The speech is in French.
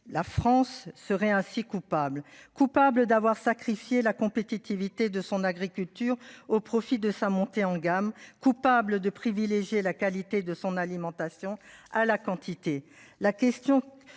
La France serait ainsi coupable, coupable d'avoir sacrifié la compétitivité de son agriculture au profit de sa montée en gamme coupable de privilégier la qualité de son alimentation à la quantité,